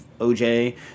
OJ